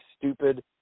stupid